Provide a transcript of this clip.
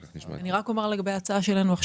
לגבי ההצעה שלנו,